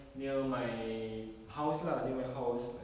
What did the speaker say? near my house lah near my house like